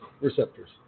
receptors